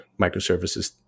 microservices